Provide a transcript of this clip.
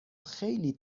خیلی